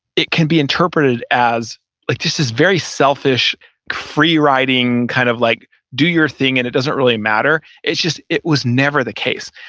it can be interpreted as like, this is very selfish free riding, kind of like do your thing. and it doesn't really matter. it's just, it was never the case.